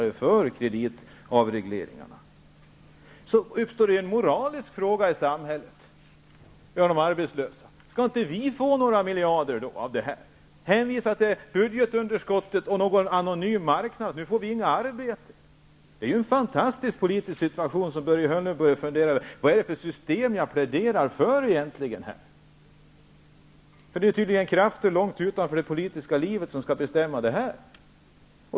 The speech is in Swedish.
Inser inte även arbetsmarknadsministern att det då uppstår en moralisk fråga i samhället, bland de arbetslösa: ''Skall inte vi få några miljarder av det här? Det hänvisas till budgetunderskottet och någon anonym marknad. Nu får vi inga arbeten.'' Det är ju en fantastisk politisk situation, som Börje Hörnlund behöver fundera över. Vad är det för system han pläderar för egentligen? Det är tydligen krafter långt utanför det politiska livet som skall bestämma detta.